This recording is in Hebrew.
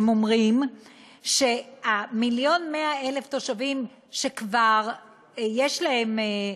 הם אומרים שמיליון ו-100,000 התושבים שכבר יש להם,